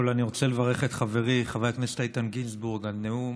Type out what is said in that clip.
אני רוצה לברך את חברי חבר הכנסת איתן גינזבורג על נאום